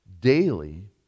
daily